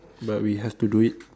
but we have to do it